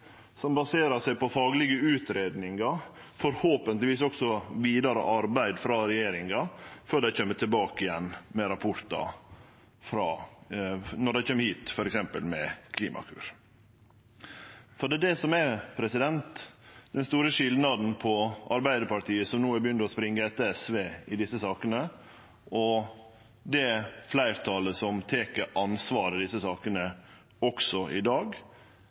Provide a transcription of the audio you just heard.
som baserer seg på faglege utgreiingar, vonleg også på vidare arbeid frå regjeringa før dei kjem tilbake med rapportar, når dei kjem hit med f.eks. Klimakur. Den store skilnaden på Arbeidarpartiet, som har begynt å springe etter SV i desse sakene, og det fleirtalet som tek ansvar i desse sakene – også i dag